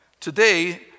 Today